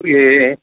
ए